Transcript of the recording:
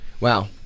Wow